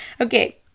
Okay